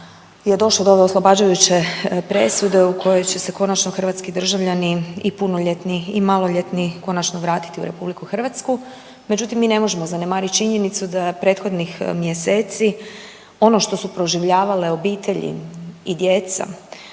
je došlo do ove oslobađajuće presude u kojoj će se konačno hrvatski državljani i punoljetni i maloljetni konačno vratiti u RH. Međutim, mi ne možemo zanemariti činjenicu da prethodnih mjeseci ono što su proživljavale obitelji i djeca